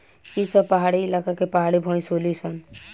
ई सब पहाड़ी इलाका के पहाड़ी भईस होली सन